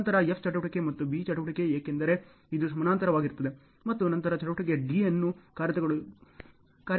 ನಂತರ F ಚಟುವಟಿಕೆ ಮತ್ತು B ಚಟುವಟಿಕೆ ಏಕೆಂದರೆ ಇದು ಸಮಾನಾಂತರವಾಗಿರುತ್ತದೆ ಮತ್ತು ನಂತರ ಚಟುವಟಿಕೆ C ಅನ್ನು ಕಾರ್ಯಗತಗೊಳಿಸಲಾಗುತ್ತದೆ